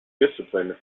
discipline